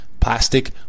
plastic